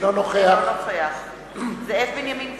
אינו נוכח זאב בנימין בגין,